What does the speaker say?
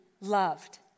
loved